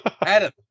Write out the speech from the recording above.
Adam